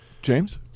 James